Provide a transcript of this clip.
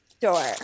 door